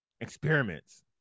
Experiments